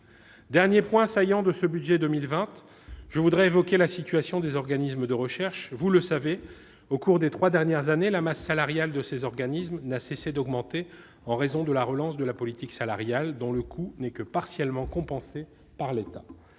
reprises. Quatrième et dernier point : la situation des organismes de recherche. Vous le savez, au cours des trois dernières années, la masse salariale de ces organismes n'a cessé d'augmenter, en raison de la relance de la politique salariale, dont le coût n'est que partiellement compensé par l'État.